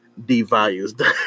devalues